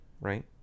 right